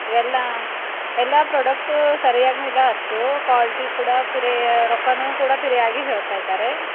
ಎಲ್ಲ ಎಲ್ಲ ಪ್ರಾಡಕ್ಟು ಸರಿಯಾಗು ಇಲ್ಲ ಅಷ್ಟು ಕ್ವಾಲ್ಟಿ ಕೂಡ ಪಿರಿಯ ರೊಕ್ಕ ಕೂಡ ಪಿರಿಯಾಗಿ ಹೇಳ್ತಾಯಿದ್ದಾರೆ